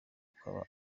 akaba